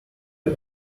you